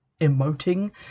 emoting